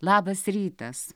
labas rytas